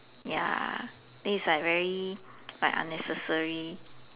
ya then it's like very like unnecessary